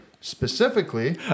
Specifically